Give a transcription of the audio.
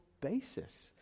basis